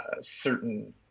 certain